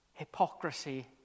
Hypocrisy